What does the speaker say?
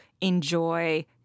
enjoy